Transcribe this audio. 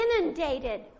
inundated